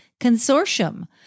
Consortium